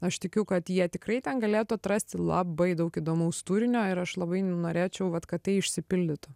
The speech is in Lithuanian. aš tikiu kad jie tikrai ten galėtų atrasti labai daug įdomaus turinio ir aš labai norėčiau vat kad tai išsipildytų